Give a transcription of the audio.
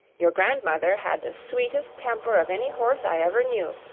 your grandmother had the sweetest temper of any horse i ever knew,